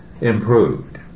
improved